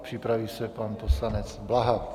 Připraví se pan poslanec Blaha.